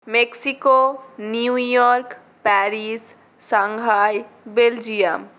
Mexico New York Paris Shanghai Belgium